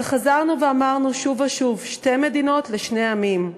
אבל חזרנו ואמרנו שוב ושוב: שתי מדינות לשני עמים.